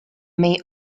may